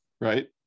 Right